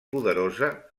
poderosa